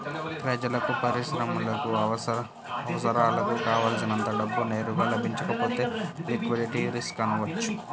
ప్రజలకు, పరిశ్రమలకు అవసరాలకు కావల్సినంత డబ్బు నేరుగా లభించకపోతే లిక్విడిటీ రిస్క్ అనవచ్చు